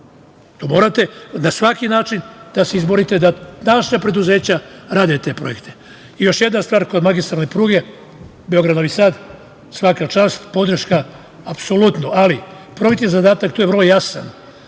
to. Morate na svaki način da se izborite da naša preduzeća rade te projekte. Još jedna stvar kod magistralne pruge Beograd – Novi Sad, svaka čast, podrška apsolutno, ali prvobitni zadatak je vrlo jasan,